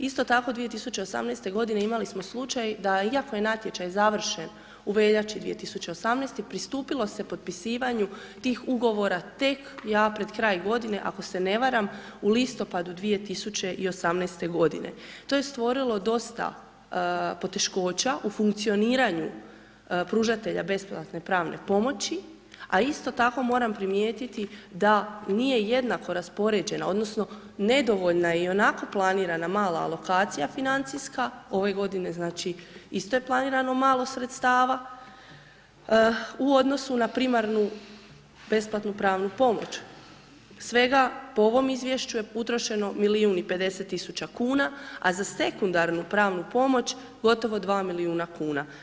Isto tako, 2018.g. imali smo slučaj da iako je natječaj završen u veljači 2018. pristupilo se potpisivanju tih Ugovora tek, ja pred kraj godine ako se ne varam, u listopadu 2018.g. To je stvorilo dosta poteškoća u funkcioniranju pružatelja besplatne pravne pomoći, a isto tako moram primijetiti da nije jednako raspoređena odnosno nedovoljna je ionako planirana mala alokacija financijska, ove godine, znači, isto je planirano malo sredstava u odnosu na primarnu besplatnu pravnu pomoć, svega, po ovom Izvješću je utrošeno milijun i 50.000,00 kn, a za sekundarnu pravnu pomoć gotovo 2 milijuna kuna.